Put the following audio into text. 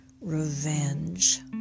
revenge